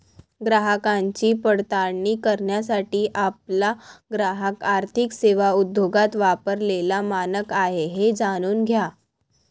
ग्राहकांची पडताळणी करण्यासाठी आपला ग्राहक आर्थिक सेवा उद्योगात वापरलेला मानक आहे हे जाणून घ्या